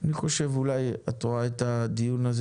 אנחנו נקיים את הדיון הזה